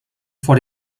vor